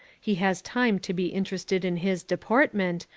he has time to be interested in his deportment,